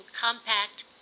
COMPACT